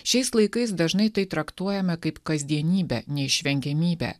šiais laikais dažnai tai traktuojame kaip kasdienybę neišvengiamybę